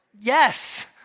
Yes